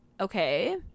okay